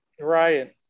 right